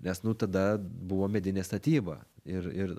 nes nu tada buvo medinė statyba ir ir